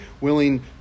willing